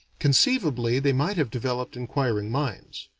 conceivably they might have developed inquiring minds.